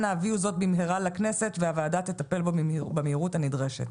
אנא הביאו זאת במהרה לכנסת והוועדה תטפל בו במהירות הנדרשת.